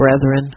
brethren